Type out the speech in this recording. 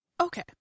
Okay